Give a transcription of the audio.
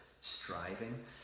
striving